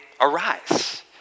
arise